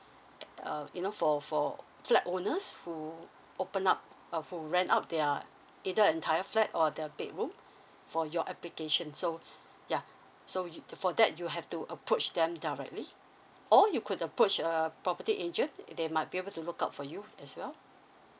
uh you know for for flat owners who open up uh who rent out their either entire flat or the bedroom for your application so ya so you to for that you have to approach them directly or you could approach a property agent they might be able to look out for you as well